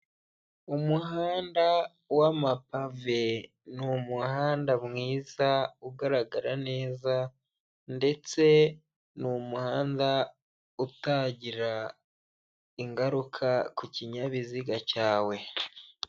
umuhanda w'amapave, ni umuhanda mwiza ugaragara neza ndetse ni umuhanda utagira ingaruka ku kinyabiziga cyawe.